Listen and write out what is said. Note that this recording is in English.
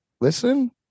listen